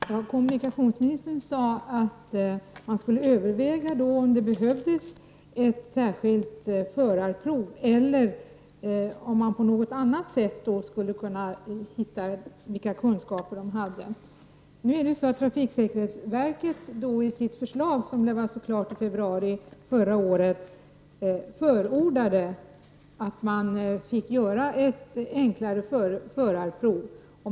Fru talman! Kommunikationsministern sade att han skulle överväga om det behövs ett särskilt förarprov eller om man på något annat sätt kan undersöka vilka kunskaper de sökande har. I det förslag som trafiksäkerhetsverket hade klart i februari förra året förordar man ett enklare förarprov.